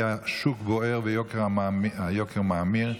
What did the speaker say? כי השוק דוהר והיוקר מאמיר.